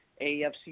afc